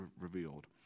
revealed